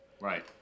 Right